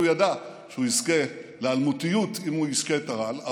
והוא ידע שהוא יזכה לאלמותיות אם הוא ישתה את הרעל.